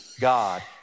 God